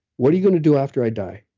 what are you going to do after i die?